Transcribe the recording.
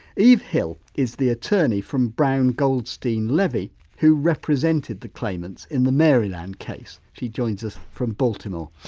eve hill is the attorney from brown goldstein levy who represented the claimants in the maryland case. she joins us from baltimore.